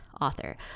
author